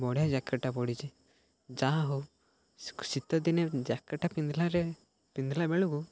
ବଢ଼ିଆ ଜ୍ୟାକେଟ୍ଟା ପଡ଼ିଛି ଯାହା ହଉ ଶୀତ ଦିନେ ଜ୍ୟାକେଟ୍ଟା ପିନ୍ଧିଲାରେ ପିନ୍ଧିଲା ବେଳକୁ